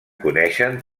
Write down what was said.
coneixen